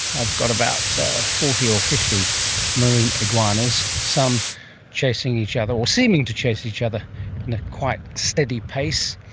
i've got about forty or fifty marine iguanas, some chasing each other or seeming to chase each other in a quite steady pace,